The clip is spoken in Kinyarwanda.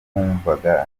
twumvaga